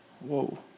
Whoa